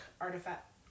Artifact